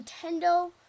Nintendo